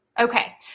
Okay